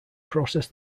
process